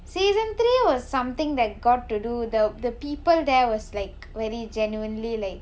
season three was something that got to do the the people there was like very genuinely like